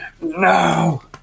no